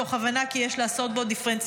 מתוך הבנה כי יש לעשות בו דיפרנציאציה.